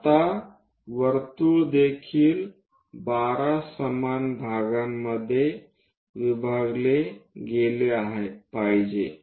आता वर्तुळ देखील 12 समान भागांमध्ये विभागले गेले पाहिजे